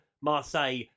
Marseille